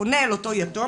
שפונה אל אותו יתום,